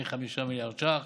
מ-5 מיליארד ש"ח